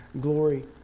glory